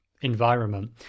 environment